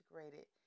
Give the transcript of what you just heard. integrated